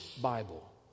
bible